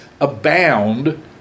abound